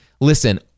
Listen